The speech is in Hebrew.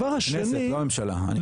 הכנסת, לא הממשלה.